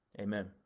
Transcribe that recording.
amen